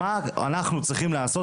מה אנחנו צריכים לעשות,